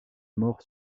mort